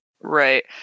Right